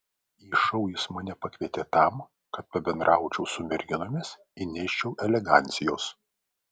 į šou jis mane pakvietė tam kad pabendraučiau su merginomis įneščiau elegancijos